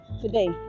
today